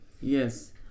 yes